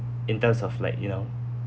in terms of like you know